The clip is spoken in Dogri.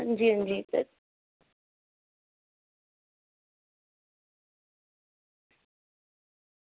हां जी हां जी